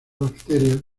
bacterias